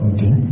Okay